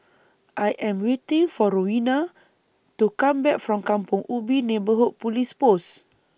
I Am waiting For Rowena to Come Back from Kampong Ubi Neighbourhood Police Post